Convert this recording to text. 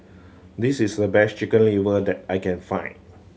this is the best Chicken Liver that I can find